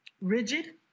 rigid